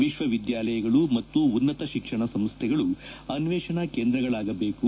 ವಿಶ್ವವಿದ್ಯಾಲಯಗಳು ಮತ್ತು ಉನ್ನತ ಶಿಕ್ಷಣ ಸಂಸ್ಥೆಗಳು ಅನ್ವೇಷಣಾ ಕೇಂದ್ರಗಳಾಗಬೇಕು